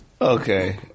Okay